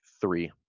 Three